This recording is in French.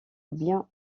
bien